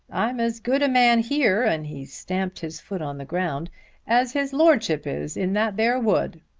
i'm as good a man here, and he stamped his foot on the ground as his lordship is in that there wood.